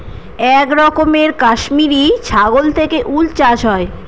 এক রকমের কাশ্মিরী ছাগল থেকে উল চাষ হয়